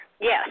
Yes